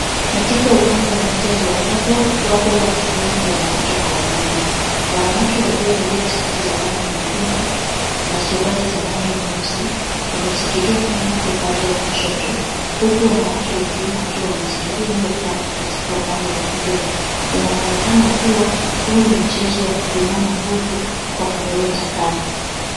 Katika uwanja wa michezo, ambapo wapo watu wengi, wanawake kwa wanaume. Wanawake waliovalia sharti za rangi nyekundu na suruali za rangi nyeusi, wameshikilia kamba kwa upande wa kushoto huku wanawake wengine wakiwa wameshikilia hiyo kamba katika upande wa kulia. Ina mwonekano kuwa huu ni mchezo wa kupimana nguvu, kwa kuvuruta kamba.